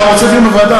אתה רוצה דיון בוועדה?